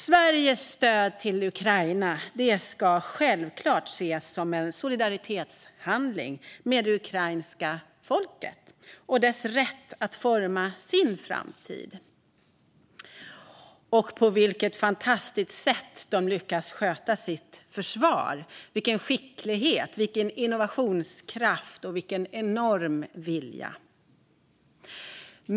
Sveriges stöd till Ukraina ska självklart ses som en solidaritetshandling för det ukrainska folket och dess rätt att forma sin framtid. Och på vilket fantastiskt sätt de lyckas sköta sitt försvar! Vilken skicklighet, vilken innovationskraft och vilken enorm vilja!